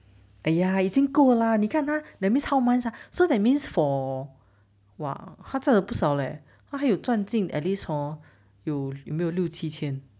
!aiya! 已经过啦你看他 that means how much ah so that means for !wah! 他真的不少 leh 他还有赚进 at least hor 有有没有六七千